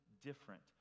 different